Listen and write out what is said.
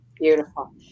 beautiful